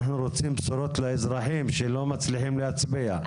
אנחנו רוצים בשורות לאזרחים שלא מצליחים להצביע,